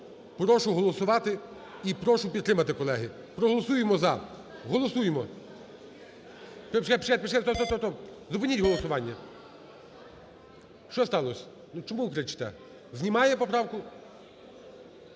Прошу голосувати і прошу підтримати, колеги. Проголосуємо за, голосуємо. Зупиніть голосування. Що сталося? Ну, чому ви кричите? Знімає поправку?